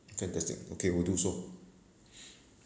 fantastic okay will do so